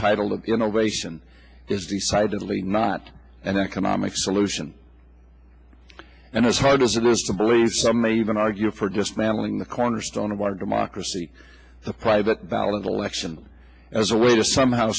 title of innovation is the side of the not an economic solution and as hard as it was to believe some may even argue for dismantling the cornerstone of our democracy the private ballot election as a way to somehow